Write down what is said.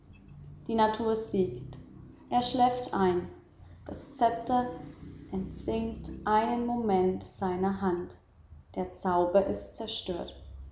die natur siegt er schläft ein das zepter entsinkt einen moment seiner hand der zauber ist zerstört